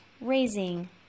raising